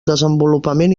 desenvolupament